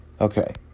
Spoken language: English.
okay